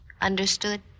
Understood